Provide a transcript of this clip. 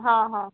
हां हां